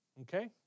okay